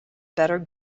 better